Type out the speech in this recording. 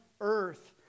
earth